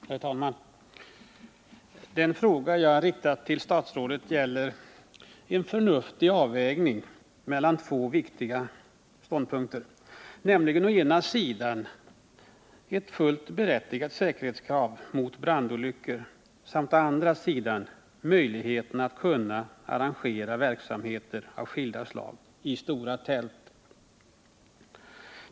Herr talman! Den fråga jag riktat till statsrådet gäller en förnuftig avvägning mellan två viktiga intressen, nämligen å ena sidan ett fullt berättigat säkerhetskrav för att förebygga brandolyckor och å andra sidan möjligheterna att arrangera verksamheter av skilda slag i stora tält.